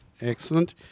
Excellent